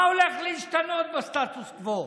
מה הולך להשתנות בסטטוס קוו?